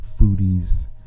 foodies